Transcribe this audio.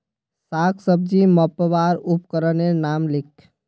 साग सब्जी मपवार उपकरनेर नाम लिख?